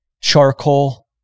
charcoal